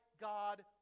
God